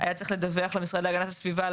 היה צריך לדווח למשרד להגנת הסביבה על